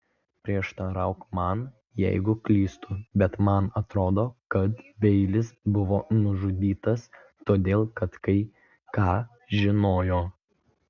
prieštarauk man jeigu klystu bet man atrodo kad beilis buvo nužudytas todėl kad kai ką žinojo